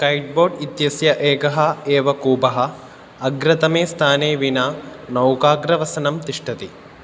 catboat इत्यस्य एकः एव कूपः अग्रतमे स्थाने विना नौकाग्रवसनं तिष्ठति